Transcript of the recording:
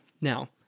Now